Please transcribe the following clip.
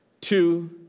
two